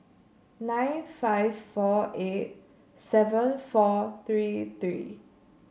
nine five four eight seven four three three